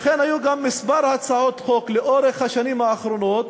לכן היו גם כמה הצעות חוק במשך השנים האחרונות